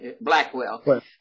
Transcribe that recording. Blackwell